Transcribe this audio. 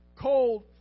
cold